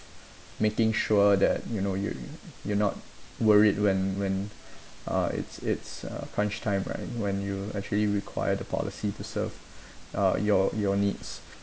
making sure that you know you you you're not worried when when uh it's it's uh crunch time right when you actually require the policy to serve uh your your needs